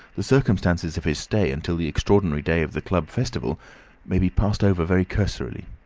the circumstances of his stay until the extraordinary day of the club festival may be passed over very cursorily.